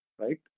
right